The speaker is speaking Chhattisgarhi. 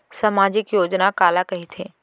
सामाजिक योजना काला कहिथे?